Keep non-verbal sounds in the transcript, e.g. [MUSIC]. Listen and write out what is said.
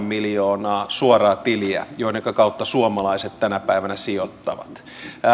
[UNINTELLIGIBLE] miljoonaa suoraa tiliä joidenka kautta suomalaiset tänä päivänä sijoittavat